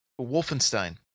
Wolfenstein